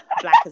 black